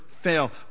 fail